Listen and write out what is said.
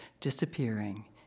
disappearing